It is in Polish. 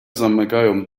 zamykają